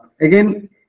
Again